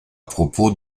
propos